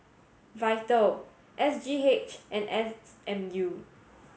VITAL S G H and S M U